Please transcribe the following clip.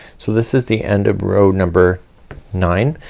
so this is the end of row number nine.